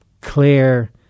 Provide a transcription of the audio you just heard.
clear